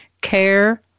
care